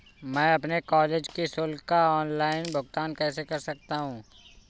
मैं अपने कॉलेज की शुल्क का ऑनलाइन भुगतान कैसे कर सकता हूँ?